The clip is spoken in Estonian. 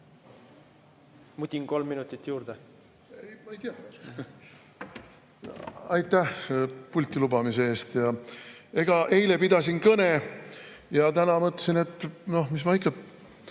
Mudin kolm minutit juurde? Noh, ma ei tea. Aga aitäh pulti lubamise eest! Eile pidasin kõne ja täna mõtlesin, et mis ma ikka